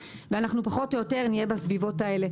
ואנחנו פחות או יותר נהיה בסביבות האלה.